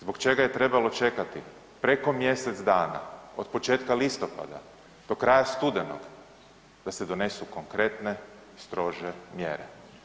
Zbog čega je trebalo čekati preko mjesec dana od početka listopada do kraja studenoga da se donesu konkretne strože mjere?